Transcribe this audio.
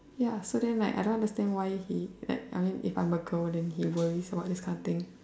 ya so then like I don't understand why he like I mean if I'm a girl then he worries about this kind of thing